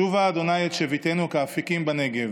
שובה ה' את שבותנו כאפיקים בנגב.